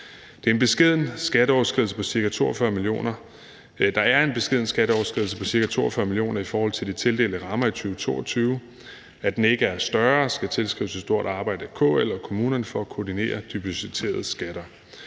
Der er en beskeden skatteoverskridelse på ca. 42 mio. kr. i forhold til de tildelte rammer i 2022. At den ikke er større, skal tilskrives et stort arbejde af KL og kommunerne med at koordinere de budgetterede skatter.